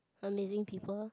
amazing people